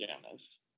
pajamas